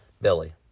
Billy